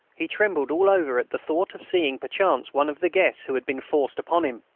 he trembled all over at the thought of seeing perchance one of the guests who had been forced upon him.